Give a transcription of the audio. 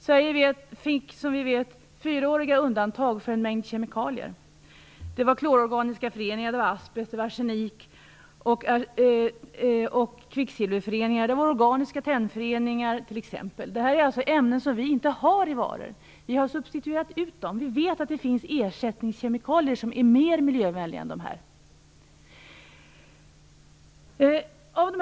Sverige fick som vi vet fyraåriga undantag för en mängd kemikalier - det var t.ex. klororganiska föreningar, asbest, arsenik och kvicksilverföreningar, organiska tennföreningar. Det här är ämnen som vi inte har i varor - vi har substituerat dem. Vi vet att det finns ersättningskemikalier som är mer miljövänliga än dessa ämnen.